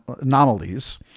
anomalies